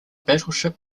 battleship